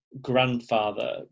grandfather